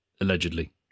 Allegedly